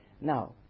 now